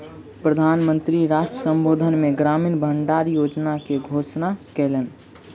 प्रधान मंत्री राष्ट्र संबोधन मे ग्रामीण भण्डार योजना के घोषणा कयलैन